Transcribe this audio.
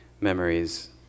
memories